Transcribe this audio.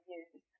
use